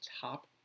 top